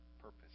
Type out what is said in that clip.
purpose